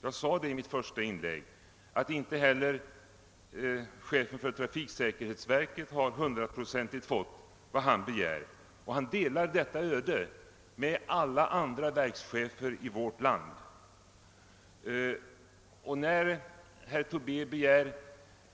Jag nämnde i mitt första inlägg att inte heller chefen för trafiksäkerhetsverket hundraprocentigt har fått vad han önskar, och han delar detta öde med alla andra verkschefer i vårt land. När herr Tobé nu begär